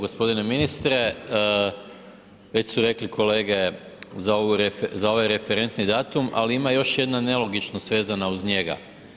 Gospodine ministre već su rekli kolege za ovaj referentni datum, al ima još jedna nelogičnost vezana uz njega.